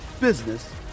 business